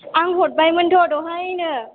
आं हरबायमोनथ' दहायनो